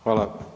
Hvala.